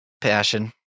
passion